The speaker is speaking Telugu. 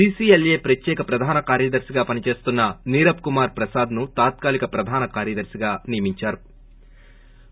సీసీఎల్ఏ ప్రఖ్యాత ప్రధాన కార్యదర్తిగా పనిచేస్తున్న నీరబ్ కుమార్ ప్రసాద్ను తాత్కాలిక ప్రధాన కార్యదర్పిగా నియమించారు